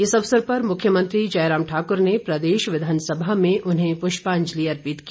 इस अवसर पर मुख्यमंत्री जयराम ठाक्र ने प्रदेश विधानसभा में उन्हें पुष्पांजलि अर्पित की